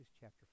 chapter